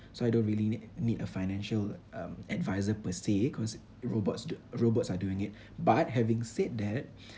so I don't really need need a financial um advisor per se cause robots robots are doing it but having said that